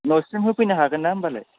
न'सिम होफैनो हागोनना होमबालाय